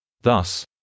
Thus